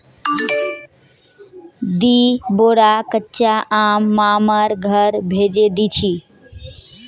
दी बोरा कच्चा आम मामार घर भेजे दीछि